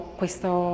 questo